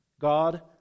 God